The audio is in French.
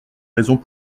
raisons